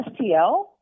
STL